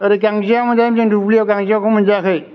ओरै गांजेमा मोनजायोमोन जोङो ओरै दुब्लियाव गांजेमाखौबो मोनजायाखै